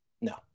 No